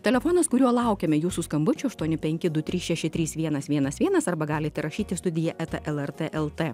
telefonas kuriuo laukiame jūsų skambučių aštuoni penki du trys šeši trys vienas vienas vienas arba galite rašyti studija eta lrt lt